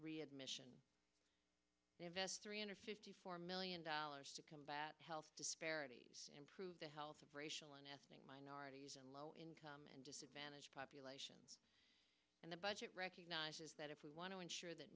eadmission three hundred fifty four million dollars to combat health disparities improve the health of racial and ethnic minorities and low income and disadvantaged populations and the budget recognizes that if we want to ensure that